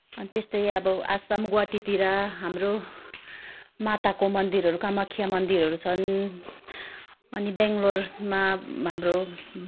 अनि त्यस्तै अब आसाम गुहाटीतिर हाम्रो माताको मन्दिरहरू कामाख्या मन्दिरहरू छन् अनि बेङ्गलोरमा हाम्रो